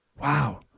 Wow